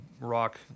rock